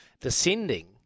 descending